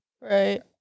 Right